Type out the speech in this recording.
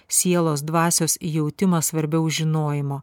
sielos dvasios jautimas svarbiau žinojimo